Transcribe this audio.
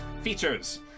features